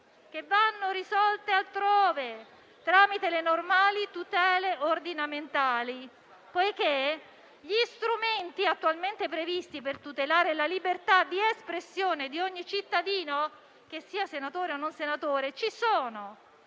natura da risolvere altrove tramite le normali tutele ordinamentali. Gli strumenti attualmente previsti per tutelare la libertà di espressione di ogni cittadino, che sia senatore o meno, esistono e sono